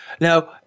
Now